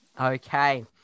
Okay